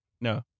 No